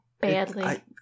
badly